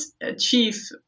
achieve